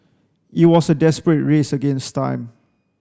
it was a desperate race against time